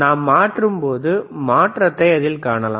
நாம் மாற்றும்போது மாற்றத்தை அதில் காணலாம்